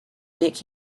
make